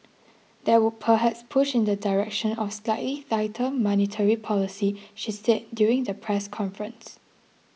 that would perhaps push in the direction of slightly tighter monetary policy she said during the press conference